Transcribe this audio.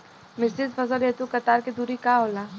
मिश्रित फसल हेतु कतार के दूरी का होला?